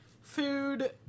food